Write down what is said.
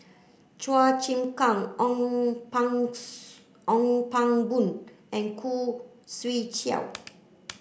Chua Chim Kang Ong Pang Ong Pang Boon and Khoo Swee Chiow